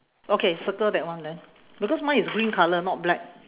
okay circle that one then because mine is green colour not black